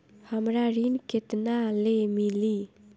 हमरा ऋण केतना ले मिली?